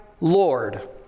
Lord